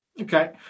Okay